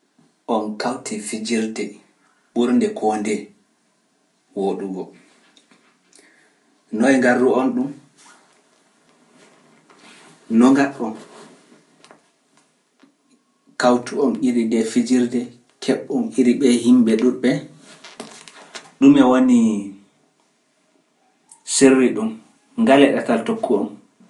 on kawti fijirde ɓurnde ko nde woɗugo. Noy garro on ɗum? No ngaɗɗon? Kawtu on iri nde fijirde keɓ on iri ɓe e yimɓe ɗum ɓe, ɗum e woni serri ɗum, ngale ɗatal tokku on.